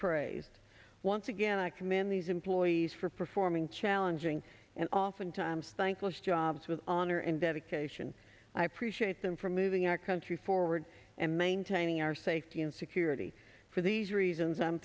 praised once again i commend these employees for performing challenging and often times thankless jobs with honor and dedication i appreciate them for moving our country forward and maintaining our safety and security for these reasons i'm